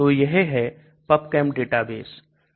तो यह है PubChem डेटाबेस है